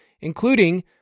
including